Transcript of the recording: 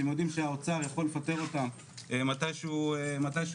שהם יודעים שהאוצר יכול לפטר אותם מתי שהוא רוצה,